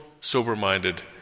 sober-minded